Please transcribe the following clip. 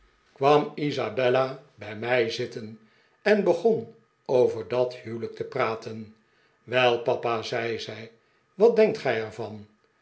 kwam isabella bij mij zitten en begon over dat huwelijk te praten wel papa zei zij wat denkt gij er